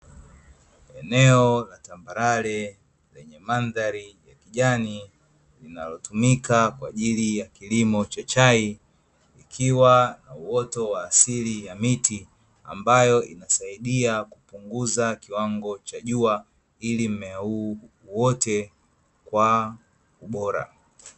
Eneo tambarare yenye mandhari ya kijani inayotumika kwa ajili ya kilimo cha chai. Ikiwa na uoto wa asili ya miti, ambayo inasaidia kupunguza kiwango cha jua ili mmea huu uote kwa ubora.